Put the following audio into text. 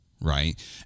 Right